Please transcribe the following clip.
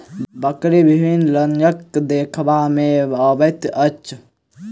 बकरी विभिन्न रंगक देखबा मे अबैत अछि